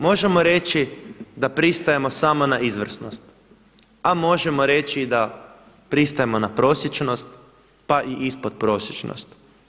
Možemo reći da pristajemo samo na izvrsnost, a možemo reći da pristajemo na prosječnost, a i ispod prosječnost.